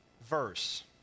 verse